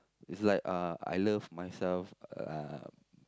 it's like uh I love myself uh